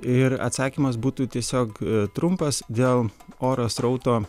ir atsakymas būtų tiesiog trumpas dėl oro srauto